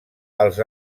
els